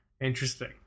Interesting